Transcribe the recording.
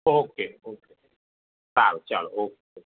okay okay સારું ચાલો okay